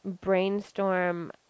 brainstorm